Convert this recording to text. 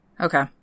Okay